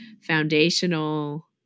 foundational